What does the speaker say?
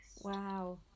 wow